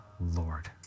Lord